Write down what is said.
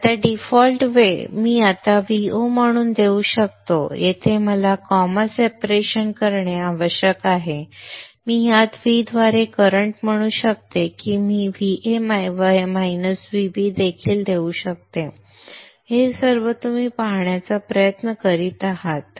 आता डिफॉल्ट वेळ मी आता Vo म्हणून देऊ शकतो येथे मला कॉमा सेपरेशन करणे आवश्यक आहे आपण Vin द्वारे करंट देखील देऊ शकतो म्हणू शकतो की Va वजा Vb हे सर्व तुम्ही पाहण्याचा प्रयत्न करीत आहात